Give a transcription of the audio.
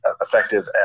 effective